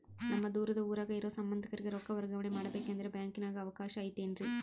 ನಮ್ಮ ದೂರದ ಊರಾಗ ಇರೋ ಸಂಬಂಧಿಕರಿಗೆ ರೊಕ್ಕ ವರ್ಗಾವಣೆ ಮಾಡಬೇಕೆಂದರೆ ಬ್ಯಾಂಕಿನಾಗೆ ಅವಕಾಶ ಐತೇನ್ರಿ?